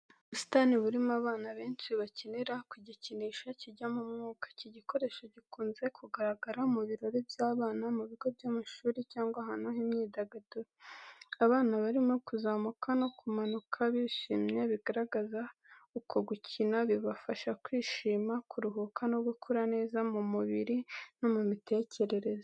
Ubusitani burimo abana benshi bakinira ku gikinisho kijyamo umwuka. Iki gikoresho gikunze kugaragara mu birori by’abana mu bigo by’amashuri cyangwa ahantu h’imyidagaduro. Abana barimo kuzamuka no kumanuka bishimye, bigaragaza uko gukina bibafasha kwishima, kuruhuka no gukura neza mu mubiri no mu mitekerereze.